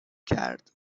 کرد